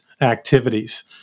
activities